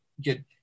get